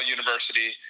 University